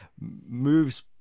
moves